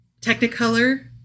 Technicolor